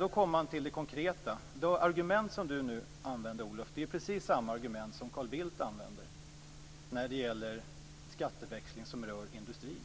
Då kommer man till det konkreta. De argument som Olof Johansson nu använde är precis samma argument som Carl Bildt använder när det gäller skatteväxling som rör industrin.